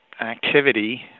activity